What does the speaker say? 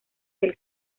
del